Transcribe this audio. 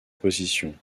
position